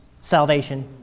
salvation